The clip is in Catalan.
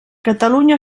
catalunya